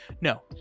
No